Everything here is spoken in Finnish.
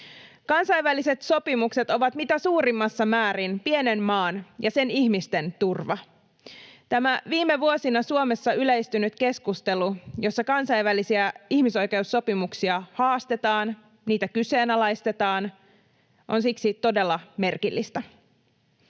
Kansainväliset sopimukset ovat mitä suurimmassa määrin pienen maan ja sen ihmisten turva. Tämä viime vuosina Suomessa yleistynyt keskustelu, jossa kansainvälisiä ihmisoikeussopimuksia haastetaan, niitä kyseenalaistetaan, on siksi todella merkillistä.